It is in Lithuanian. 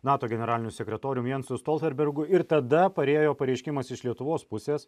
nato generaliniu sekretoriumi jansu stoltenbergu ir tada parėjo pareiškimas iš lietuvos pusės